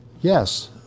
Yes